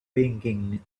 thinking